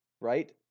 right